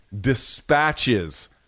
dispatches